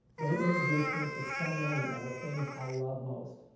they introduced me to so many of the things i love most,